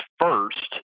first